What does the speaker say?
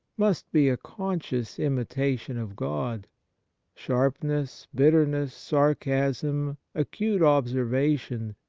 must be a conscious imitation of god sharpness, bitterness, sarcasm, acute observation,